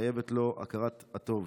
חייבים לו הכרת הטוב.